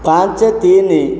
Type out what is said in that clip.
ପାଞ୍ଚ ତିନି